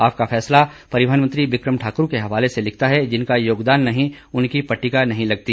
आपका फैसला परिवहन मंत्री बिक्रम ठाकुर के हवाले से लिखता है जिनका योगदान नहीं उनकी पट्टिका नहीं लगती